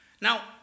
Now